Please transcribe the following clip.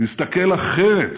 להסתכל אחרת,